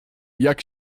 jak